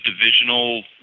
divisional